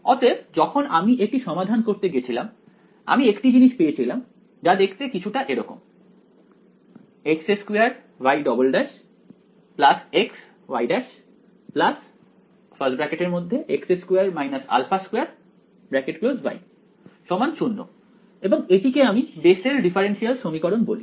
অতএব যখন আমি এটি সমাধান করতে গেছিলাম আমি একটি জিনিস পেয়েছিলাম যা দেখতে কিছুটা এরকম x2y′′ xy′ x2 α2y 0 এবং এটিকে আমি বেসেল ডিফারেন্সিয়াল সমীকরণ বলি